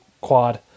quad